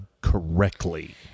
correctly